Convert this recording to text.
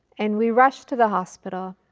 and we rushed to the hospital,